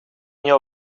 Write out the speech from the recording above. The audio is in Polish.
nie